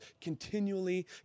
continually